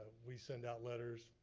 we send out letters.